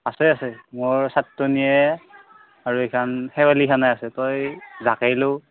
আছে আছে মোৰ চাৰটনীয়ায়ে আৰু এইখন শেৱেলী খানে আছেই তই জাকৈ লৌ